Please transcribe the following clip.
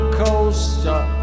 coaster